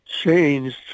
changed